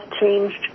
changed